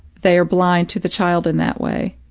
they are blind to the child in that way.